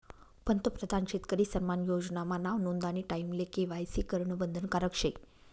पंतप्रधान शेतकरी सन्मान योजना मा नाव नोंदानी टाईमले के.वाय.सी करनं बंधनकारक शे